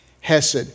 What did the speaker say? Hesed